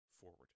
forward